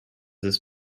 this